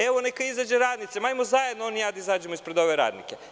Evo, neka izađe ispred radnika, hajmo zajedno on i ja da izađemo ispred ovih radnika.